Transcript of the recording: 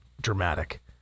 dramatic